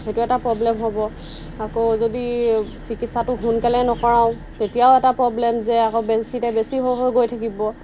সেইটো এটা প্ৰব্লেম হ'ব আকৌ যদি চিকিৎসাটো সোনকালে নকৰাওঁ তেতিয়াও এটা প্ৰব্লেম যে আকৌ বেছিতে বেছি হৈ হৈ গৈ থাকিব